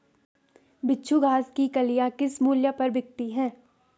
बिच्छू घास की कलियां किस मूल्य पर बिकती हैं?